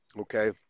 okay